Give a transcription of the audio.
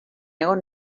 egon